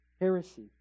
heresy